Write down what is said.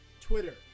twitter